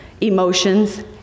emotions